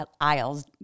aisles